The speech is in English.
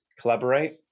collaborate